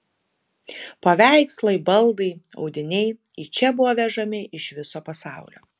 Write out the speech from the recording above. paveikslai baldai audiniai į čia buvo vežami iš viso pasaulio